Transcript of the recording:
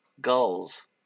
gulls